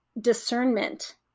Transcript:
discernment